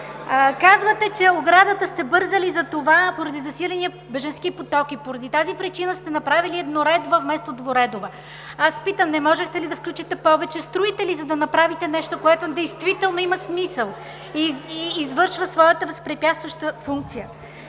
Казвате, че оградата сте я бързали поради засиления бежански поток и поради тази причина сте направили едноредова вместо двуредова. Аз питам: не можехте ли да включите повече строители, за да направите нещо, което действително има смисъл и извършва своята възпрепятстваща функция?